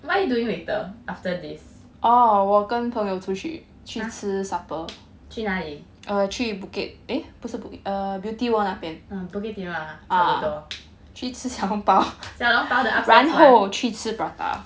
what are you doing later after this 去哪里 um bukit timah ah 差不多小笼包 the upstairs [one]